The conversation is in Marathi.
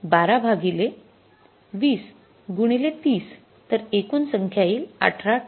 १२ भागिले २० गुणिले ३० तर एकूण संख्या येईल १८ टन